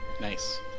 Nice